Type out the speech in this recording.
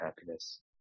happiness